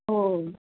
हो